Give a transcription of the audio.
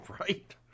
Right